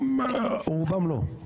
רובן לא.